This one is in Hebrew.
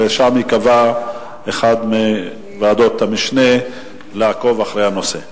ושם תיקבע אחת מוועדות המשנה שתעקוב אחרי הנושא.